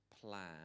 plan